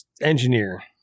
Engineer